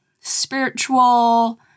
spiritual